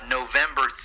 November